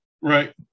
Right